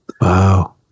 Wow